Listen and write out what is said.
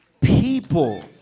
people